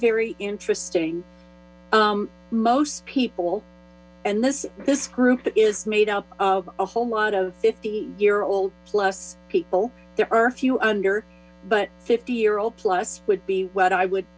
very interesting most people and this this group is made up of a whole lot of fifty year old plus people there are a few under but fifty year old plus would be what i would